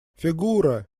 фигура